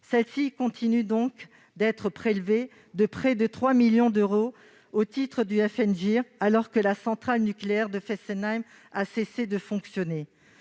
communes continue d'être prélevée de près de 3 millions d'euros au titre du FNGIR, alors que la centrale nucléaire de Fessenheim a cessé de fonctionner.